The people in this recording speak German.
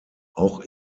auch